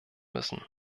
müssen